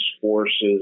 forces